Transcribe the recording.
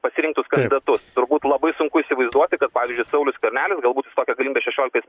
pasirinktus kandidatus turbūt labai sunku įsivaizduoti kad pavyzdžiui saulius skvernelis galbūt tokią galimybę šešioliktais